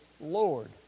Lord